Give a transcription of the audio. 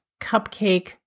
cupcake